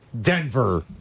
Denver